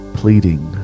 pleading